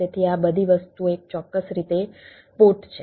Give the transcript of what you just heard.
તેથી આ બધી વસ્તુઓ એક ચોક્કસ રીતે પોર્ટ છે